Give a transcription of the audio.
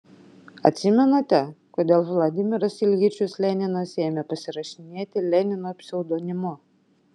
atsimenate kodėl vladimiras iljičius leninas ėmė pasirašinėti lenino pseudonimu